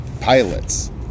pilots